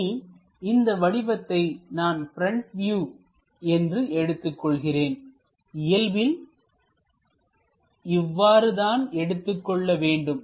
இனி இந்த வடிவத்தை நான் ப்ரெண்ட் வியூ என்று எடுத்துக் கொள்கிறேன் இயல்பில் இவ்வாறு தான் எடுத்துக் கொள்ள வேண்டும்